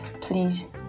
please